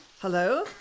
Hello